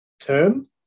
term